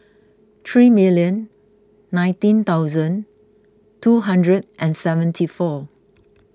three million nineteen thousand two hundred and seventy four